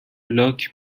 لاک